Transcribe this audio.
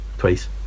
Twice